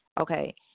Okay